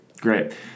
great